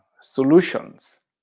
solutions